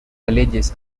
alleges